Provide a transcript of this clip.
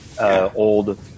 old